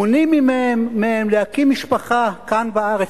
מונעת מהם להקים משפחה כאן בארץ.